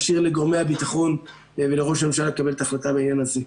משאיר לגורמי הביטחון ולראש הממשלה לקבל את החלטה בעניין הזה.